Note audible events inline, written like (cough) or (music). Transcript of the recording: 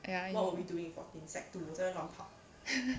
ya (laughs)